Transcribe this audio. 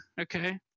okay